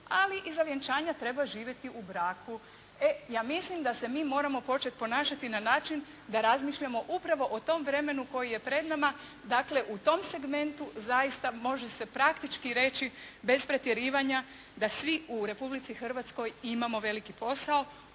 ali iza vjenčanja treba živjeti u braku. E ja mislim da se mi moramo početi ponašati na način da razmišljamo upravo o tom vremenu koji je pred nama, dakle u tom segmentu zaista može se praktički reći bez pretjerivanja da svi u Republici Hrvatskoj imamo veliki posao.